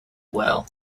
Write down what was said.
well